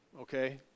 Okay